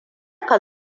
ka